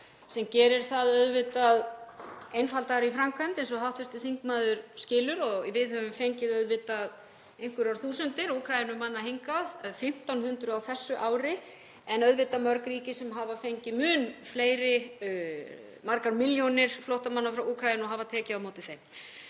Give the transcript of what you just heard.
sem gerir það einfaldara í framkvæmd eins og hv. þingmaður skilur. Við höfum fengið einhverjar þúsundir Úkraínumanna hingað, 1.500 á þessu ári, en auðvitað mörg ríki sem hafa fengið mun fleiri, margar milljónir flóttamanna frá Úkraínu og hafa tekið á móti þeim.